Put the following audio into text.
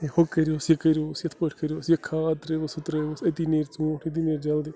A ہُہ کٔرۍوُس یہِ کٔرۍوُس یِتھ پٲٹھ کٔرۍوُس یہِ کھاد ترٛٲیوُس ہُہ ترٛٲیوُس أتی نیرِ ژوٗنٛٹھ أتی نیرِ جلدی